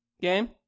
game